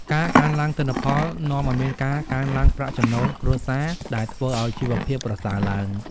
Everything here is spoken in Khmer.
ការកើនឡើងទិន្នផលនាំឱ្យមានការកើនឡើងប្រាក់ចំណូលគ្រួសារ ដែលធ្វើឱ្យជីវភាពប្រសើរឡើង។